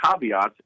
caveats